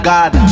God